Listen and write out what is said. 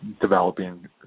developing